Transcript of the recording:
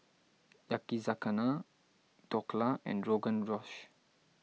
Yakizakana Dhokla and Rogan Josh